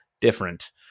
different